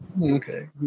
Okay